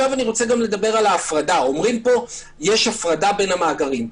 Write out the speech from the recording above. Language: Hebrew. לגבי ההפרדה אומרים שיש הפרדה בין המאגרים.